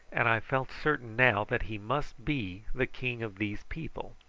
and i felt certain now that he must be the king of these people.